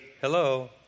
hello